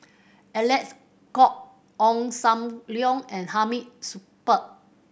Alec Kuok Ong Sam Leong and Hamid Supaat